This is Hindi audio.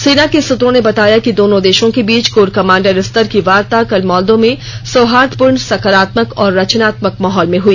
सेना के सूत्रों ने बताया कि दोनों देशों के बीच कोर कमांडर स्तर की वार्ता कल मॉल्दो में सौहार्दपूर्ण सकारात्मक और रचनात्मक माहौल में हुई